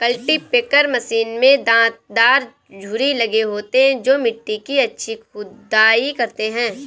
cultipacker machine में दांत दार छुरी लगे होते हैं जो मिट्टी की अच्छी खुदाई करते हैं